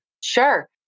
Sure